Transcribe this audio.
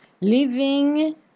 living